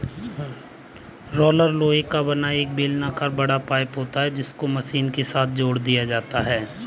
roller लोहे का बना एक बेलनाकर बड़ा पाइप होता है जिसको मशीन के साथ जोड़ दिया जाता है